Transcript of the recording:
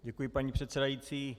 Děkuji, paní předsedající.